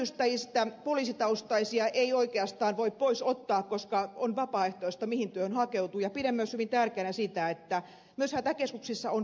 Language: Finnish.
hätäkeskuspäivystäjistä poliisitaustaisia ei oikeastaan voi pois ottaa koska on vapaaehtoista mihin työhön hakeutuu ja pidän myös hyvin tärkeänä sitä että myös hätäkeskuksissa on poliisitoiminnan asiantuntemusta